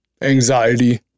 anxiety